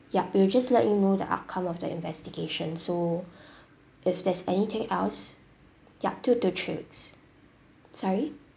ya we'll just let you know the outcome of the investigation so if there's anything else ya two to three weeks sorry